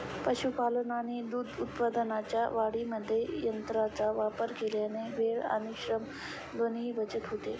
पशुपालन आणि दूध उत्पादनाच्या वाढीमध्ये यंत्रांचा वापर केल्याने वेळ आणि श्रम दोन्हीची बचत होते